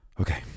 Okay